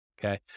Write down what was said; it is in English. Okay